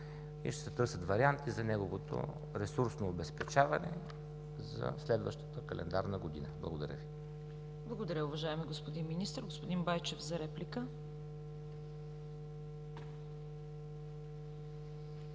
и ще се търсят варианти за неговото ресурсно обезпечаване за следващата календарна година. Благодаря Ви. ПРЕДСЕДАТЕЛ ЦВЕТА КАРАЯНЧЕВА: Благодаря, уважаеми господин министър. Господин Байчев, за реплика.